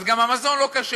אז גם המזון לא כשר.